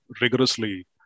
rigorously